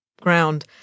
ground